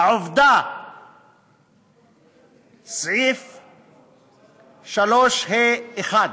סעיף 3(ה)(1):